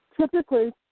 Typically